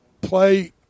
play